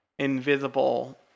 Invisible